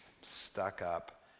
stuck-up